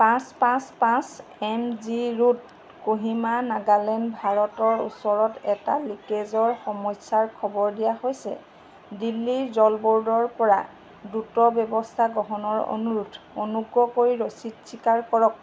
পাঁচ পাঁচ পাঁচ M G road Kohima Nagaland ভাৰতৰ ওচৰত এটা লিকেজৰ সমস্যাৰ খবৰ দিয়া হৈছে দিল্লী জল ব'ৰ্ডৰ পৰা দ্ৰুত ব্যৱস্থা গ্ৰহণৰ অনুৰোধ অনুগ্ৰহ কৰি ৰচিদ স্বীকাৰ কৰক